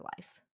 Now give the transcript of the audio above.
life